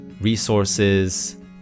resources